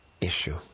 issue